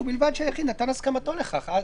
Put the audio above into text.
ובלבד שהיחיד נתן הסכמתו לכך.